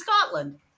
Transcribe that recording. Scotland